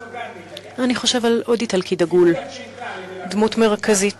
אני חושב על עוד איטלקי דגול, דמות מרכזית